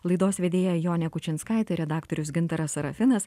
laidos vedėja jonė kučinskaitė redaktorius gintaras sarafinas